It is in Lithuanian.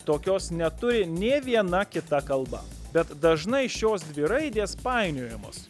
tokios neturi nė viena kita kalba bet dažnai šios dvi raidės painiojamos